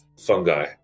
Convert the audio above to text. fungi